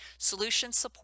solutionsupport